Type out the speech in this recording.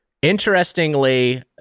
Interestingly